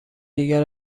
دیگر